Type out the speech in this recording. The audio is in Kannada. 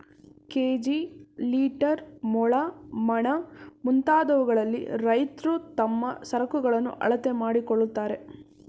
ಕೆ.ಜಿ, ಲೀಟರ್, ಮೊಳ, ಮಣ, ಮುಂತಾದವುಗಳಲ್ಲಿ ರೈತ್ರು ತಮ್ಮ ಸರಕುಗಳನ್ನು ಅಳತೆ ಮಾಡಿಕೊಳ್ಳುತ್ತಾರೆ